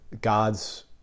God's